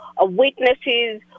witnesses